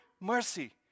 mercy